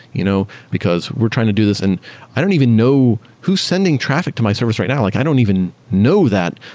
you know because we're trying to do this? and i don't even know who's sending traffic to my service right now. like i don't even know that.